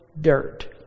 dirt